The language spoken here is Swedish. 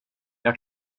jag